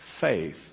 faith